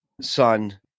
son